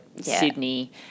Sydney